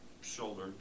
shoulder